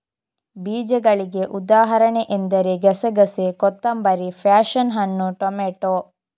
ಬೀಜಗಳಿಗೆ ಉದಾಹರಣೆ ಎಂದರೆ ಗಸೆಗಸೆ, ಕೊತ್ತಂಬರಿ, ಪ್ಯಾಶನ್ ಹಣ್ಣು, ಟೊಮೇಟೊ